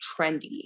trendy